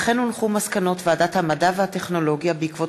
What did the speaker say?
מסקנות ועדת המדע והטכנולוגיה בעקבות